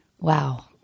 Wow